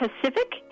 Pacific